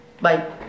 Bye